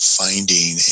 finding